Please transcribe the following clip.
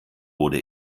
wurde